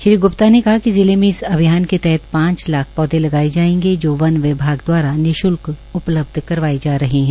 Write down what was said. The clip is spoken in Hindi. श्री ग्प्ता ने कहा कि जिला में इस अभियान के तहत पांच लाख पौधे लगाए जाएंगे जो वन विभाग दवारा निश्ल्क उपलब्ध करवाए जा रहे है